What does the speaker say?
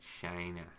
China